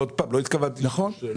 נכון.